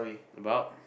about